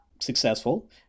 successful